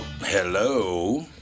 Hello